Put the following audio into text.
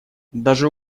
даже